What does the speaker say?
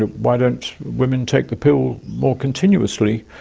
ah why don't women take the pill more continuously,